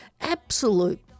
absolute